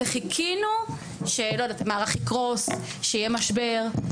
וחיכינו שלא יודעת מה, המערך יקרוס, יהיה משבר.